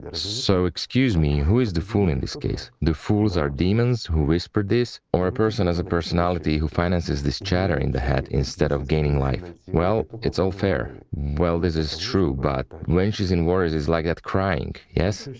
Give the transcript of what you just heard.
so, excuse me, who is the fool in this case? the fools are demons who whisper this, or a person, as a personality who finances this chatter in the head instead of gaining life? well, it's all fair. well this is true. but when she's in worries, it's like that crying, yes?